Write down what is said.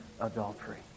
adultery